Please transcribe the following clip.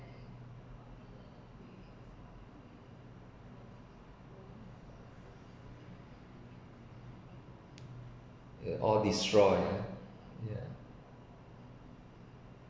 all destroyed